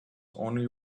only